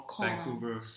Vancouver